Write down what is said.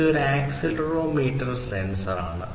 ഇതൊരു ആക്സിലറോമീറ്റർ സെൻസറാണ്